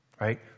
right